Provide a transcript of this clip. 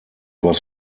was